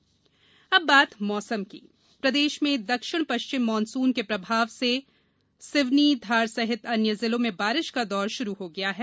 मौसम मानसून प्रदेश में दक्षिण पश्चिम मानसून के प्रभाव से प्रदेश के सिवनी धार सहित अन्य जिलों में बारिश का दौर शुरू हो गया है